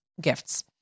gifts